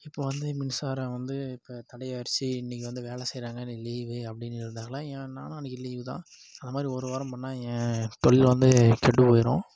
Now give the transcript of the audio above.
இப்போ வந்து மின்சாரம் வந்து இப்போ தடை ஆயிருச்சு இன்னக்கு வந்து வேலை செய்யறாங்க இன்னக்கு லீவு அப்படினு இருந்தாலும் என் நானும் அன்னக்கி லீவு தான் அதமாதிரி ஒரு வாரம் பண்ணா ஏன் தொழில் வந்து கெட்டு போயிரும்